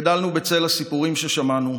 גדלנו בצל הסיפורים ששמענו,